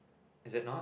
is it not